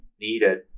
needed